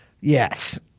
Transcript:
Yes